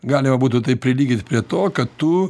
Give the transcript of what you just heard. galima būtų tai prilyginti prie to kad tu